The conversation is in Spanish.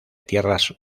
tierras